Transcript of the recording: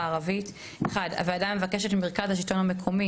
הערבית: 1. הוועדה מבקשת ממרכז השלטון המקומי,